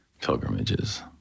pilgrimages